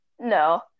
No